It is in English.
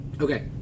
okay